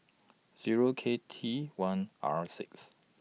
Zero K T one R six